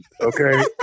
Okay